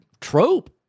trope